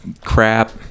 crap